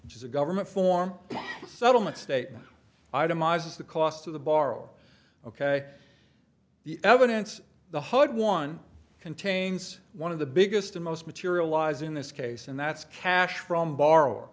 which is a government form the settlement statement itemizes the cost of the borrower ok the evidence the hud one contains one of the biggest and most materialize in this case and that's cash from borrow